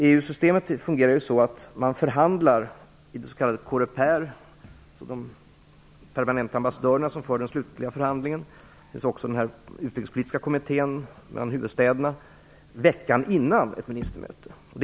EU-systemet fungerar så, att de permanenta ambassadörerna för den slutliga förhandlingen i det s.k. Coreper. Den utrikespolitiska kommittén sammanträder i de olika huvudstäderna veckan innan ett ministermöte.